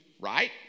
Right